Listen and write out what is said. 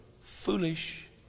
foolish